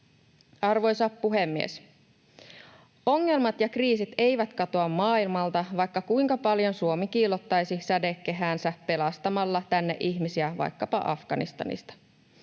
Arvoisa puhemies! Ongelmat ja kriisit eivät katoa maailmalta, vaikka Suomi kuinka paljon kiillottaisi sädekehäänsä pelastamalla tänne ihmisiä vaikkapa Afganistanista.